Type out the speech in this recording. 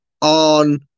on